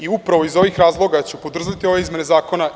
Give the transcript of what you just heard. Upravo iz ovih razloga ću podržati ove izmene zakona.